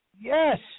Yes